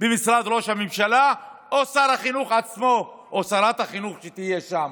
במשרד ראש הממשלה או שר החינוך עצמו או שרת החינוך שיהיו שם?